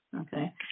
okay